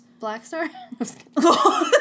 Blackstar